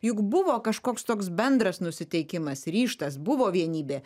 juk buvo kažkoks toks bendras nusiteikimas ryžtas buvo vienybė